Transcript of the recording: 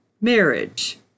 marriage